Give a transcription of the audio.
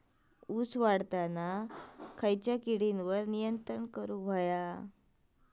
ऊस वाढताना खयच्या किडींवर नियंत्रण करुक व्हया?